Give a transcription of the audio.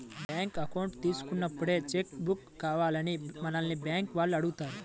bank account తీసుకున్నప్పుడే cheque book కావాలా అని మనల్ని బ్యేంకుల వాళ్ళు అడుగుతారు